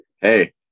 Hey